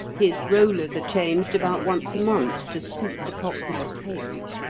his rollers are changed about once a month to suit the popular taste.